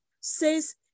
says